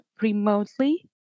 remotely